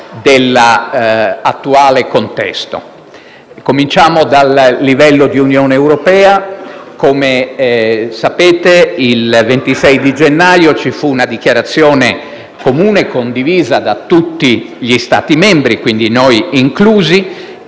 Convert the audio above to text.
dell'attuale contesto. Cominciamo dal livello di Unione europea. Come sapete, il 26 gennaio ci fu una dichiarazione comune e condivisa da tutti gli Stati membri (quindi noi inclusi)